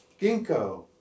ginkgo